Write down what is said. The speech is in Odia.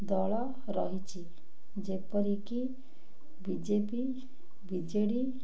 ଦଳ ରହିଛି ଯେପରିକି B J P B J D